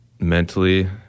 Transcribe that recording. mentally